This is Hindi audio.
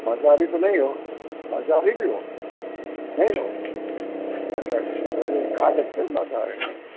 मांसाहारी तो नहीं हो मांसहारी भी हो नहीं हो अच्छा है बढ़िया खा सकते हो मांसाहारी भी